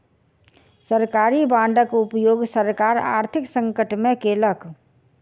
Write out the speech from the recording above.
सरकारी बांडक उपयोग सरकार आर्थिक संकट में केलक